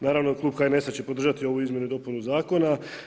Naravno klub HNS-a će podržati ovu izmjenu i dopunu zakona.